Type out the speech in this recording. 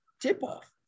tip-off